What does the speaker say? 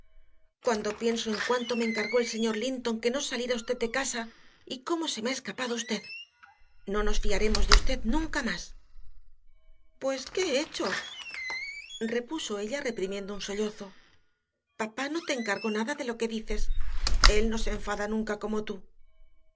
cuándo pienso en cuánto me encargó el señor linton que no saliera usted de casa y cómo se me ha escapado usted no nos fiaremos de usted nunca más pues qué he hecho repuso ella reprimiendo un sollozo papá no te encargó nada de lo que dices él no se enfada nunca como tú